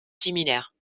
similaires